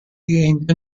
gained